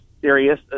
serious